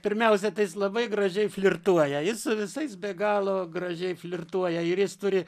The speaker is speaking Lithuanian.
pirmiausia tai labai gražiai flirtuoja jis su visais be galo gražiai flirtuoja ir jis turi